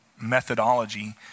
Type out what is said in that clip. methodology